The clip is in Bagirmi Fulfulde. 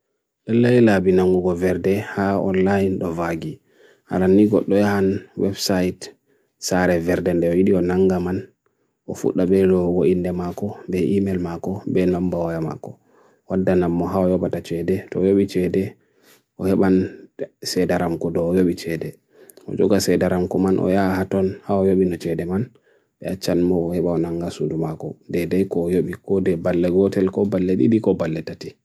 A yecchan irin sudu a yidi a wala sai be sigine to a yehi a wala haton.